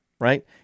right